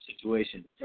situation